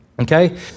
okay